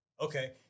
Okay